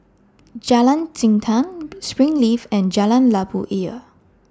Jalan Jintan Springleaf and Jalan Labu Ayer